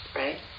right